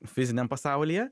fiziniam pasaulyje